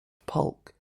polk